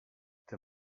der